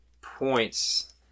points